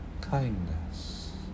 kindness